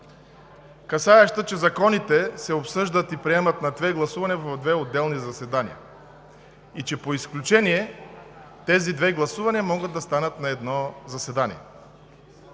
България, че законите се обсъждат и приемат на две гласувания в две отделни заседания и по изключение тези две гласувания могат да станат на едно заседание,